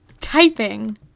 typing